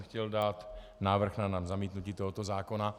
Chtěl bych dát návrh na zamítnutí tohoto zákona.